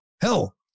Hell